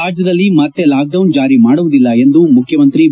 ರಾಜ್ಯದಲ್ಲಿ ಮತ್ತೆ ಲಾಕ್ಡೌನ್ ಜಾರಿ ಮಾಡುವುದಿಲ್ಲ ಎಂದು ಮುಖ್ಯಮಂತ್ರಿ ಬಿ